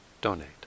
donate